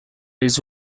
his